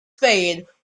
spade